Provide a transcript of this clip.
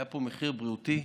היה פה מחיר בריאותי,